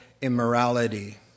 immorality